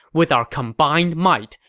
with our combined might,